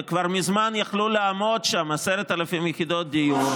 וכבר מזמן יכלו לעמוד שם 10,000 יחידות דיור,